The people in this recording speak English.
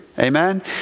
Amen